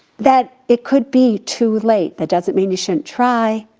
that it could be too late. that doesn't mean you shouldn't try.